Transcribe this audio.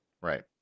right